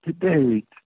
today